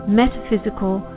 metaphysical